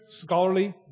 scholarly